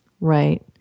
Right